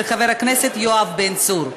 של חבר הכנסת יואב בן צור.